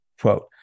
quote